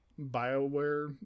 Bioware